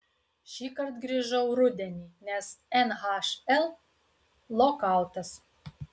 šįkart grįžau rudenį nes nhl lokautas